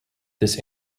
this